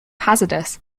hazardous